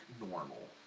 normal